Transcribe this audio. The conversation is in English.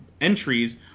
entries